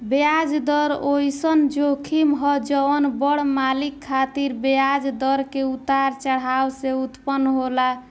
ब्याज दर ओइसन जोखिम ह जवन बड़ मालिक खातिर ब्याज दर के उतार चढ़ाव से उत्पन्न होला